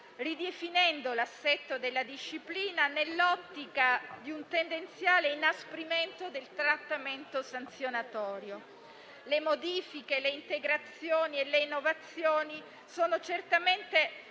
ridefinendo l'assetto della disciplina nell'ottica di un tendenziale inasprimento del trattamento sanzionatorio. Le modifiche, le integrazioni e le innovazioni sono certamente